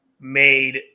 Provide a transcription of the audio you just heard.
made